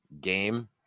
game